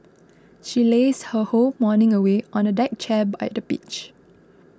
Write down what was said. she lazed her whole morning away on a deck chair by the beach